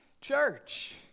church